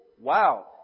wow